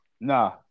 Nah